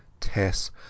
Tess